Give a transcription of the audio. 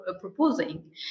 proposing